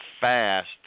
fast